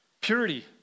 purity